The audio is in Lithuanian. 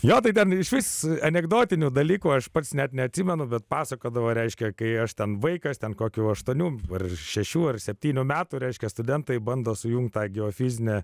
jo tai gal išvis anekdotinių dalykų aš pats net neatsimenu bet pasakodavo reiškia kai aš ten vaikas ten kokių aštuonių ar šešių ar septynių metų reiškia studentai bando sujungtą geofizinę